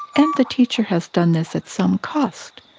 and the teacher has done this at some cost,